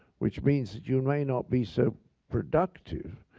which means that you may not be so productive.